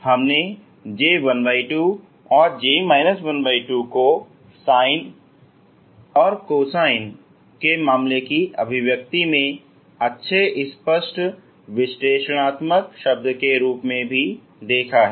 हमने J12 और J 12 को sin और cosin के मामले की अभिव्यक्ति में एक अच्छे स्पष्ट विश्लेषणात्मक शब्द के रूप में भी देखा है